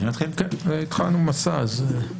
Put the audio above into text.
התחלנו ב'מסע'.